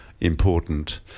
important